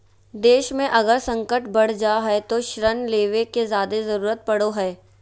देश मे अगर संकट बढ़ जा हय तो ऋण लेवे के जादे जरूरत पड़ो हय